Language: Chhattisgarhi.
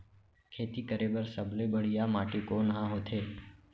खेती करे बर सबले बढ़िया माटी कोन हा होथे?